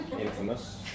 infamous